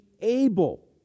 able